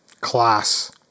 class